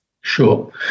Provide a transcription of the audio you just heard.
Sure